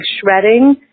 shredding